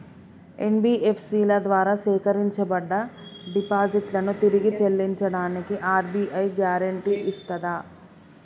NBFC ల ద్వారా సేకరించబడ్డ డిపాజిట్లను తిరిగి చెల్లించడానికి ఆర్.బి.ఐ గ్యారెంటీ ఇస్తదా?